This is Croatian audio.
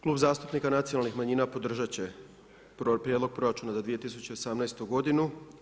Klub zastupnika nacionalnih manjina podržat će Prijedlog proračuna za 2018. godinu.